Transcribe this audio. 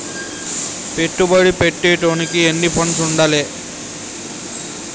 పెట్టుబడి పెట్టేటోనికి ఎన్ని ఫండ్స్ ఉండాలే?